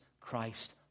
Christ